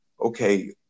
okay